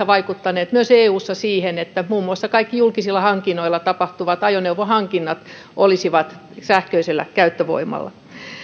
vaikuttaneet myös eussa siihen että muun muassa kaikki julkisina hankintoina tapahtuvat ajoneuvohankinnat olisivat sähköisellä käyttövoimalla